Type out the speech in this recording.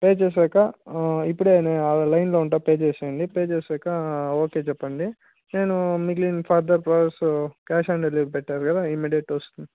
pay చేసాకా ఇప్పుడే నేను లైన్లో ఉంటా పే చేసేయండి పే చేసాకా ఓకే చెప్పండి నేను మిగిలిన further process cash on delivery పెట్టారు కదా ఇమిడియట్ వస్తుంది